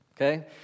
okay